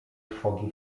trwogi